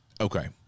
Okay